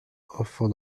enfant